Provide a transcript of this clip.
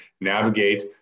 navigate